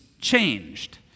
changed